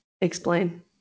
explain